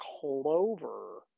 clover